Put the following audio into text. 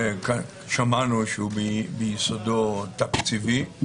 שמענו שהוא ביסודו תקציבי,